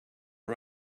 are